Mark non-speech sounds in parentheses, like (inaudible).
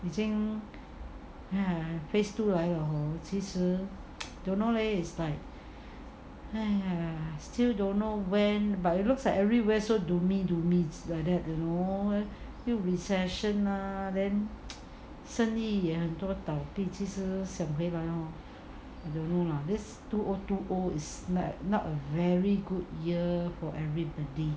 已经 (laughs) phase two 来了 hor 其实 don't know leh is like I still don't know when but it looks like everywhere so doomy doomy is like that you know 又 recession lah then 生意也很多倒闭其实想回来 hor I don't know lah this two O two O is like not a very good year for everybody